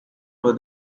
for